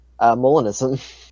Molinism